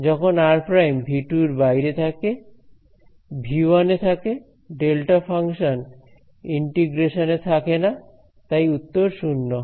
যখন r′ V 2 এর বাইরে থাকে V 1 এ থাকে ডেল্টা ফাংশন ইন্টিগ্রেশন এ থাকে না তাই উত্তর শূন্য হয়